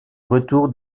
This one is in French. retour